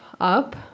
up